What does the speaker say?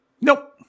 Nope